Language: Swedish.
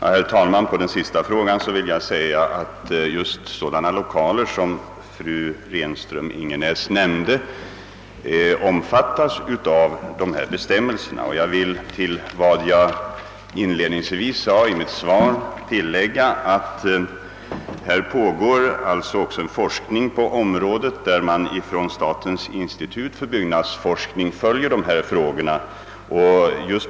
Herr talman! På den senaste frågan vill jag svara att just sådana lokaler som fru Renström-Ingenäs nämnde omfattas av dessa bestämmelser. Jag vill till vad jag inledningsvis nämnde i mitt svar tillägga att statens institut för byggnadsforskning bedriver forskning på området och följer dessa frågor.